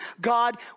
God